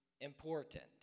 important